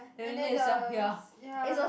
and then the ya